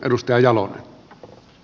arvoisa puhemies